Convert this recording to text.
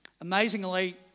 amazingly